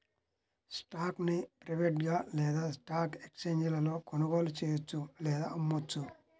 స్టాక్ను ప్రైవేట్గా లేదా స్టాక్ ఎక్స్ఛేంజీలలో కొనుగోలు చెయ్యొచ్చు లేదా అమ్మొచ్చు